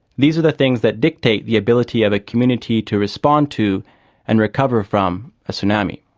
these are the things that dictate the ability of a community to respond to and recover from a tsunami.